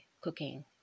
cooking